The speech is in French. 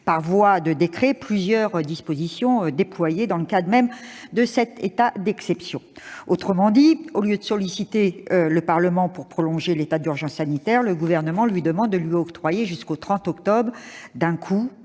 par voie de décret plusieurs dispositions déployées dans le cadre même de cet état d'exception. Autrement dit, au lieu de solliciter l'avis du Parlement pour prolonger l'état d'urgence sanitaire, le Gouvernement lui demande de lui octroyer, d'un coup,